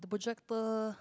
the project